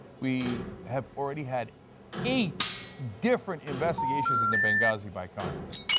we have already had eight different investigations into benghazi by congress,